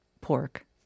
pork